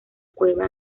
cueva